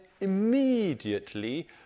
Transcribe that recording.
immediately